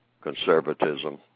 conservatism